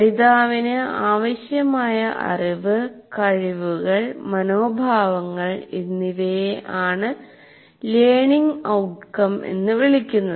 പഠിതാവിന് ആവശ്യമായ അറിവ് കഴിവുകൾ മനോഭാവങ്ങൾ എന്നിവയെ ലേർണിംഗ് ഔട്ട് കം എന്ന് വിളിക്കുന്നു